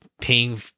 paying